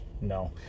No